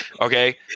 Okay